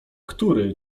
który